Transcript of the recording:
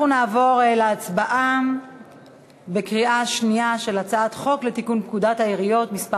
אנחנו נעבור להצבעה בקריאה שנייה על הצעת חוק לתיקון פקודת העיריות (מס'